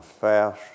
fast